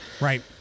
right